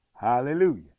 hallelujah